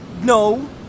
No